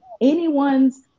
anyone's